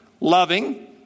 loving